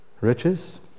Riches